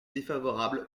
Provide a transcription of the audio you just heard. défavorable